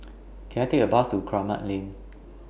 Can I Take A Bus to Kramat Lane